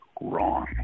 wrong